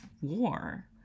war